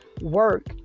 work